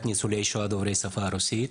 ניצולי השואה דוברי השפה הרוסית.